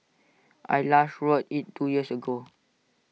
I last rode IT two years ago